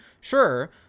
sure